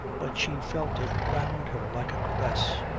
but she felt it round her like a caress.